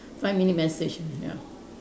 five minute message mm ya